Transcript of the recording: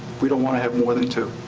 we don't wanna have more than two.